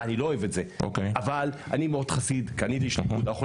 אני לא אוהב את זה אבל אשתי ואני מאוד